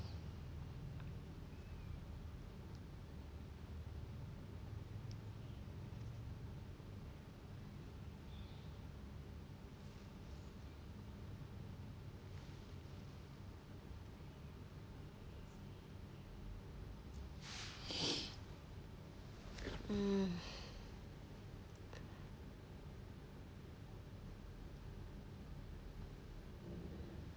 hmm